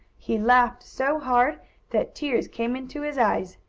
he laughed so hard that tears came into his eyes.